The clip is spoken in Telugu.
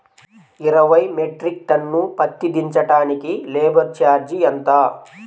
ఇరవై మెట్రిక్ టన్ను పత్తి దించటానికి లేబర్ ఛార్జీ ఎంత?